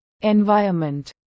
environment